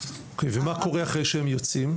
ומה קורה אחרי שהם יוצאים?